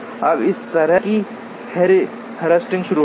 अब इस तरह की हेरास्टिक शुरू होगी